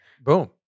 Boom